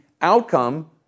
outcome